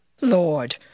Lord